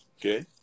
Okay